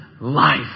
life